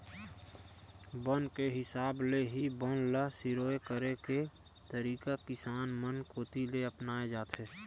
बन के हिसाब ले ही बन ल सिरोय करे के तरीका किसान मन कोती ले अपनाए जाथे